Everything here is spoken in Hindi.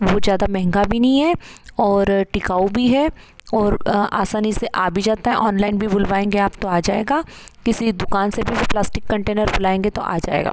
वो ज़्यादा महँगा भी नहीं हैं और टिकाऊ भी है और आसानी से आ भी जाता है ऑनलाइन भी बुलवाएंगे आप तो आ जाएगा किसी दुकान से भी प्लास्टिक कंटेनर बुलाएंगे तो आ जाएगा